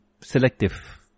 selective